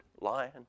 lion